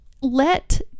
let